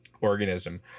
organism